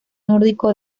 nórdico